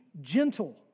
gentle